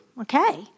Okay